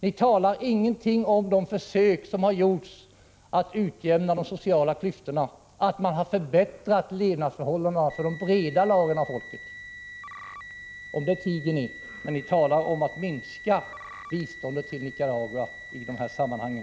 Ni talar ingenting om de försök som har gjorts att utjämna de sociala klyftorna och om att man har förbättrat levnadsförhållandena för de breda lagren av befolkningen. Ni tiger om detta, men ni talar om att minska biståndet till Nicaragua i detta sammanhang.